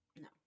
No